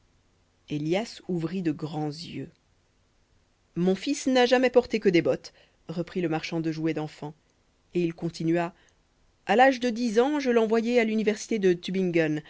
élias ouvrit de grands yeux mon fils n'a jamais porté que des bottes reprit le marchand de jouets d'enfants et il continua a l'âge de dix ans je